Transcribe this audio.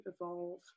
evolve